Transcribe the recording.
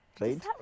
right